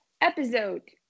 episode